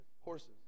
Horses